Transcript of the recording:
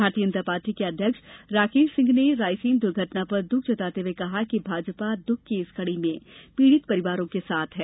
भारतीय जनता पार्टी के अध्यक्ष राकेश सिंह ने रायसेन दुर्घटना पर दुःख जताते हुए कहा कि भाजपा दुःख की इस घड़ी में पीड़ित परिवारों के साथ खड़ी है